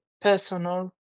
Personal